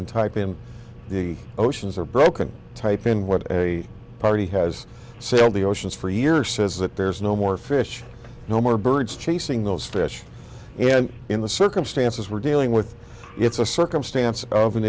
and type in the oceans are broken type in what a party has said the oceans for years says that there's no more fish no more birds chasing those fish and in the circumstances we're dealing with it's a circumstance of an